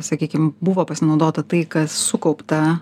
sakykim buvo pasinaudota tai kas sukaupta